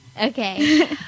okay